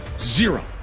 Zero